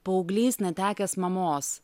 paauglys netekęs mamos